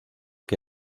que